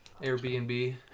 Airbnb